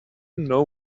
know